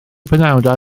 penawdau